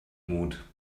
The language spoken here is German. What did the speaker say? mut